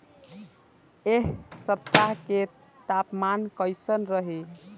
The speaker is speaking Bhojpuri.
एह सप्ताह के तापमान कईसन रही?